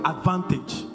advantage